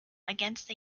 against